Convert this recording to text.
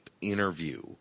interview